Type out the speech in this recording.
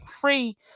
free